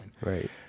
right